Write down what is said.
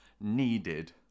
needed